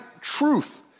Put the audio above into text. truth